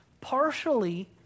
partially